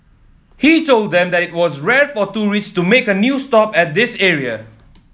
he told them that it was rare for tourists to make a stop at this area